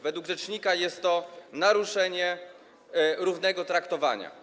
Według rzecznika jest to naruszenie równego traktowania.